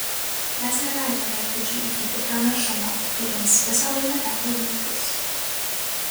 mes neleidome fidžiui įgyti pranašumo ir jiems visą laiką teko vytis